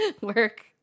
Work